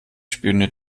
spioniert